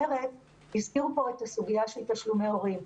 הזכירו פה את סוגיית תשלומי הורים,